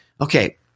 Okay